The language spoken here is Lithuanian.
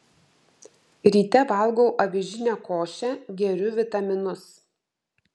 ryte valgau avižinę košę geriu vitaminus